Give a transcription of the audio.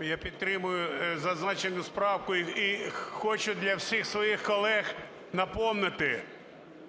Я підтримую зазначену правку і хочу для всіх своїх колег напомнити,